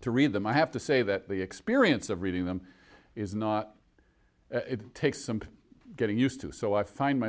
to read them i have to say that the experience of reading them is not it takes some getting used to so i find